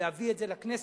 להביא את זה לכנסת,